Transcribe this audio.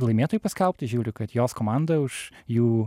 laimėtojai paskelbti žiūriu kad jos komanda už jų